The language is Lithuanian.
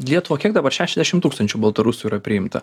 į lietuvą kiek dabar šešiasdešimt tūkstančių baltarusių yra priimta